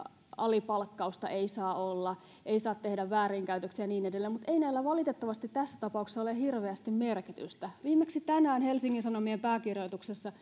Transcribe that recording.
alipalkkausta ei saa olla ei saa tehdä väärinkäytöksiä ja niin edelleen mutta ei näillä valitettavasti tässä tapauksessa ole hirveästi merkitystä viimeksi tänään helsingin sanomien pääkirjoituksessa